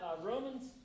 Romans